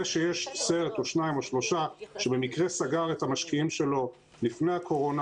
זה שיש סרט או שניים או שלושה שבמקרה סגר את המשקיעים שלו לפני הקורונה,